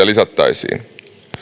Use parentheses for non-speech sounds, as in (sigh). (unintelligible) lisättäisiin